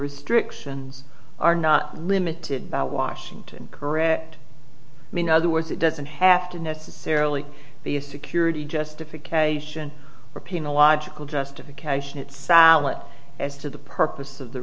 restrictions are not limited by washington correct i mean other words it doesn't have to necessarily be a security justification or penal logical justification it's not as to the purpose of the